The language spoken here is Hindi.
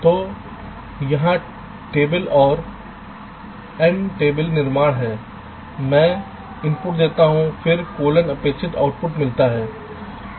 तो वहाँ टेबल और एन टेबल निर्माण है मैं इनपुट देता हूं फिर कोलोन अपेक्षित आउटपुट मिलता है